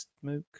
smoke